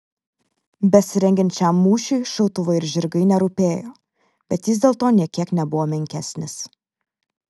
besirengiant šiam mūšiui šautuvai ir žirgai nerūpėjo bet jis dėl to nė kiek nebuvo menkesnis